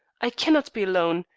i cannot be alone.